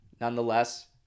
nonetheless